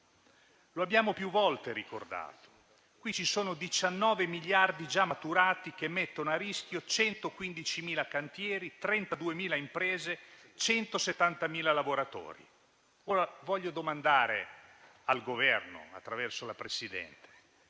Lo abbiamo più volte ricordato: qui ci sono 19 miliardi già maturati che mettono a rischio 115.000 cantieri, 32.000 imprese, 170.000 lavoratori. Voglio domandare al Governo, attraverso la Presidente: